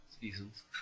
seasons